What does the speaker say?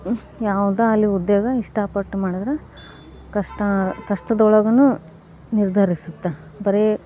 ಯಾವ್ದೇ ಆಗಲಿ ಉದ್ಯೋಗ ಇಷ್ಟಪಟ್ಟು ಮಾಡಿದ್ರೆ ಕಷ್ಟ ಕಷ್ಟದೊಳಗೂನು ನಿರ್ಧರಿಸುತ್ತೆ ಬರೇ